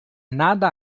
nada